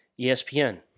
ESPN